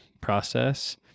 process